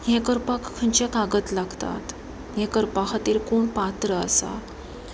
हें करपाक खंयचे कागद लागतात हें करपा खातीर कोण पात्र आसा